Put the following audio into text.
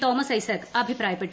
Thomas Isaac അഭിപ്രായപ്പെട്ടു